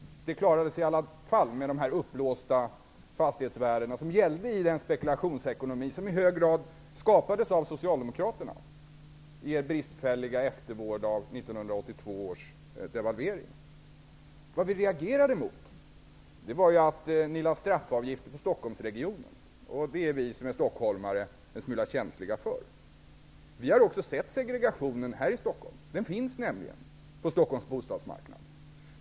Det klarades i alla fall med de uppblåsta fastighetsvärden som gällde i den spekulationsekonomi som i hög grad skapades av Socialdemokraterna med den bristfälliga eftervården av 1982 års devalvering. Vad vi reagerade emot var att ni lade straffavgifter på Stockholmsregionen. Det är vi stockholmare en smula känsliga för. Vi har också sett segregationen här i Stockholm. Den finns nämligen på Stockholms bostadsmarknad.